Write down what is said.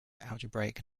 algebraic